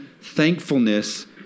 Thankfulness